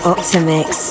Optimix